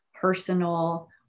personal